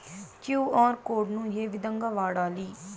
QR code ను ఏ విధంగా వాడాలి?